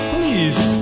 Please